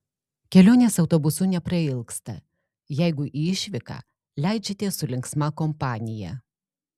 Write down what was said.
kelionės autobusu neprailgsta jeigu į išvyką leidžiatės su linksma kompanija